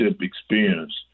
experience